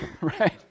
right